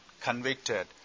convicted